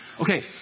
Okay